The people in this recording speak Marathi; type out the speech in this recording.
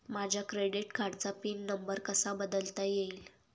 माझ्या क्रेडिट कार्डचा पिन नंबर कसा बदलता येईल?